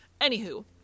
Anywho